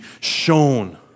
shown